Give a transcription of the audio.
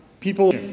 people